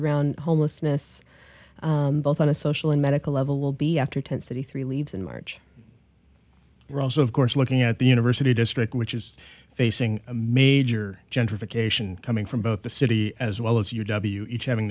around homelessness both on a social and medical level will be after tensity three leaves in march we're also of course looking at the university district which is facing a major gentrification coming from both the city as well as u w each having